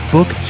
Book